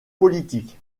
politique